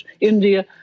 India